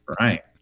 Right